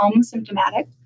symptomatic